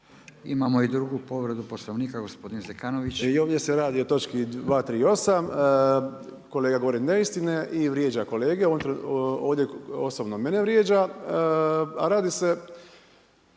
Imamo i drugu povredu poslovnika, gospodin Zekanović. **Zekanović, Hrvoje (HRAST)** I ovdje se radi o točki 238. Kolega govori neistine i vrijeđa kolege, ovdje osobno mene vrijeđa,